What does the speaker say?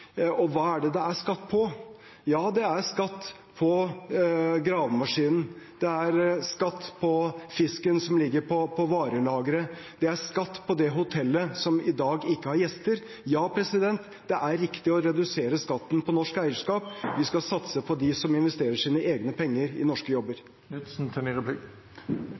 Og: Hva er det skatt på? Det er skatt på gravemaskiner. Det er skatt på fisken som ligger på varelagre. Det er skatt på det hotellet som i dag ikke har gjester. Ja, det er riktig å redusere skatten på norsk eierskap. Vi skal satse på dem som investerer sine egne penger i norske jobber. Til